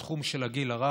התחום של הגיל הרך,